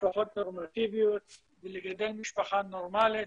שמשפחות נורמטיביות ולגדל משפחה נורמלית